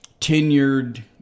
tenured